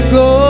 go